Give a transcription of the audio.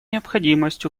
необходимость